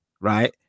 right